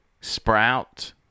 sprout